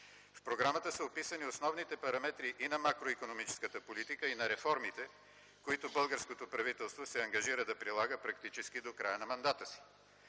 В програмата са описани основните параметри и на макроикономическата политика, и на реформите, които българското правителство се ангажира да прилага практически до края на мандата си.